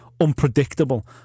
unpredictable